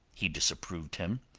he disapproved him,